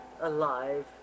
alive